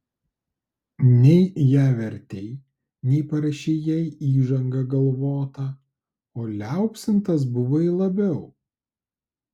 nei ją vertei nei parašei jai įžangą galvotą o liaupsintas buvai labiau